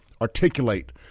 articulate